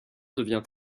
devient